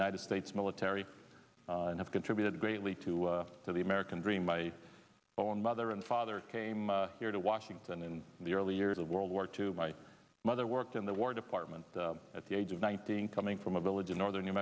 united states military and contributed greatly to to the american dream my own mother and father came here to washington in the early years of world war two my mother worked in the war department at the age of nineteen coming from a village in northern new